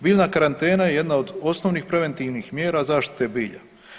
Biljna karantena je jedna od osnovnih preventivnih mjera zaštite bilja.